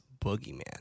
boogeyman